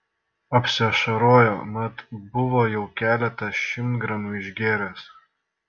apsiašarojo mat buvo jau keletą šimtgramių išgėręs